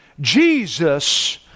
Jesus